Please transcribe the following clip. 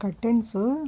curtains